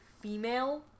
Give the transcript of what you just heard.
female